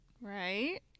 Right